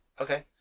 Okay